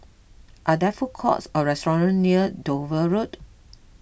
are there food courts or restaurant near Dover Road